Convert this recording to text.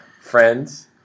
friends